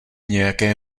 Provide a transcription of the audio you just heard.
nějaké